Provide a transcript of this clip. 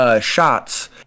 shots